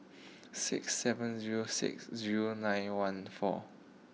six seven zero six zero nine one four